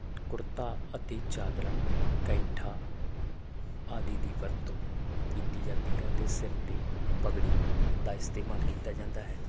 ਕੁਰਤਾ ਅਤੇ ਚਾਦਰਾ ਕੈਂਠਾ ਆਦਿ ਦੀ ਵਰਤੋਂ ਕੀਤੀ ਜਾਂਦੀ ਹੈ ਤੇ ਸਿਰ ਤੇ ਪਗੜੀ ਦਾ ਇਸਤੇਮਾਲ ਕੀਤਾ ਜਾਂਦਾ ਹੈ